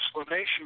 explanation